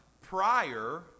prior